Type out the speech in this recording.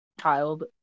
child